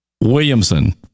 Williamson